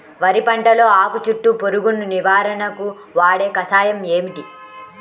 వరి పంటలో ఆకు చుట్టూ పురుగును నివారణకు వాడే కషాయం ఏమిటి?